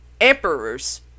emperors